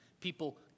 People